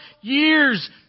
years